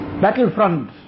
battlefront